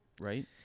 right